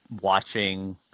watching